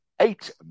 eight